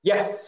Yes